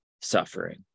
suffering